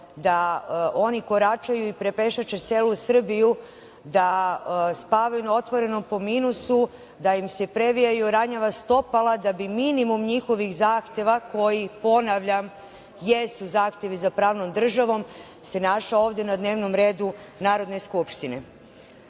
da oni koračaju, prepešače celu Srbiju, da spavaju na otvorenom po minusu, da im se previjaju ranjava stopala da bi minimum njihovih zahteva koji, ponavljam, jesu zahtevi za pravnom državom se našao ovde na dnevnom redu Narodne skupštine.U